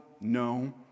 No